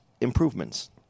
improvements